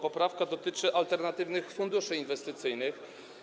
Poprawka dotyczy alternatywnych funduszy inwestycyjnych.